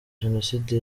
jenoside